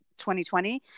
2020